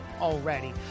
already